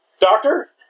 Doctor